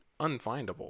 unfindable